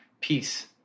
peace